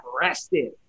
rested